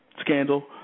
scandal